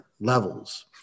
levels